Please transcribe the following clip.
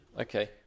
Okay